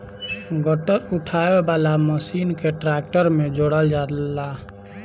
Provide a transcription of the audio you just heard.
गट्ठर उठावे वाला मशीन के ट्रैक्टर में जोड़ल जाला